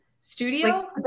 studio